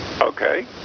Okay